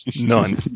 None